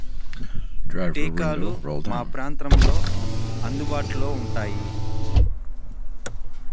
టీకాలు మా ప్రాంతంలో అందుబాటులో ఉంటాయి